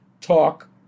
talk